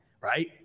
right